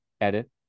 edit